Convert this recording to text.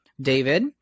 David